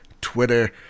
Twitter